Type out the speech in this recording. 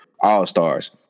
all-stars